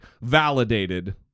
validated